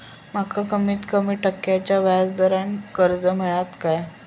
माका कमीत कमी टक्क्याच्या व्याज दरान कर्ज मेलात काय?